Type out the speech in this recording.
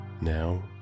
now